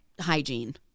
hygiene